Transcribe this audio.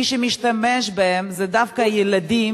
מי שמשתמש בהם זה דווקא ילדים,